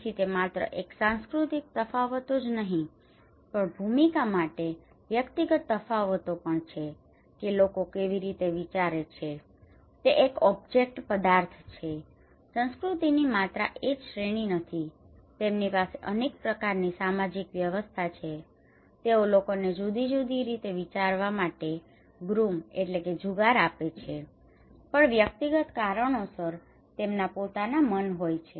તેથી તે માત્ર એક સાંસ્કૃતિક તફાવતો જ નહીં પણ ભૂમિકા માટે વ્યક્તિગત તફાવતો પણ છે કે લોકો કેવી રીતે વિચારે છે કે તે એક ઓબ્જેક્ટ object પદાર્થ છે સંસ્કૃતિની માત્ર એક જ શ્રેણી નથી તેમની પાસે અનેક પ્રકારની સામાજિક વ્યવસ્થા છે તેઓ લોકોને જુદી જુદી રીતે વિચારવા માટે ગૃમ groom જુગાર આપે છે પણ વ્યક્તિગત કારણોસર તેમના પોતાના મન હોય છે